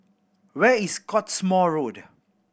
where is Cottesmore Road